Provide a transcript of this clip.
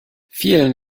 vielen